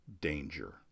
Danger